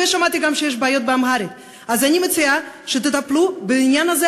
ושמעתי שיש גם בעיות באמהרית.